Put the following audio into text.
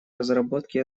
разработки